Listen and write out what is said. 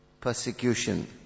persecution